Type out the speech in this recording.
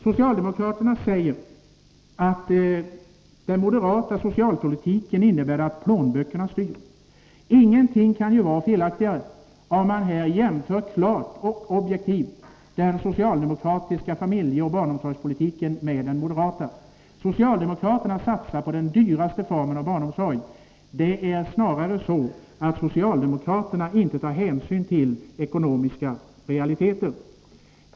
Socialdemokraterna påstår att den moderata socialpolitiken innebär att plånböckerna styr. Ingenting kan ju vara felaktigare. Det framgår om man klart och objektivt jämför den socialdemokratiska familjeoch barnomsorgspolitiken med den moderata. Socialdemokraterna satsar på den dyrbaraste formen av barnomsorg. Det är snarare så att socialdemokraterna inte tar hänsyn till ekonomiska realiteter.